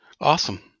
Awesome